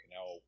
Now